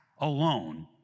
alone